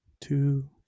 two